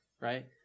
right